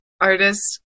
artist